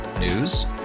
News